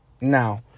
Now